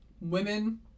Women